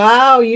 Wow